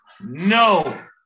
No